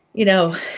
you know,